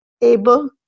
able